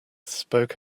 spoke